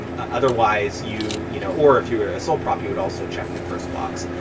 and otherwise you. you know or if you were a sole prop, you would also check the first box.